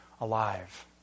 alive